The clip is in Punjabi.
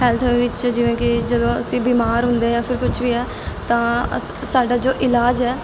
ਹੈਲਥ ਵਿੱਚ ਜਿਵੇਂ ਕਿ ਜਦੋਂ ਅਸੀਂ ਬਿਮਾਰ ਹੁੰਦੇ ਆ ਫਿਰ ਕੁਝ ਵੀ ਆ ਤਾਂ ਸ ਸਾਡਾ ਜੋ ਇਲਾਜ ਹੈ